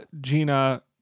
Gina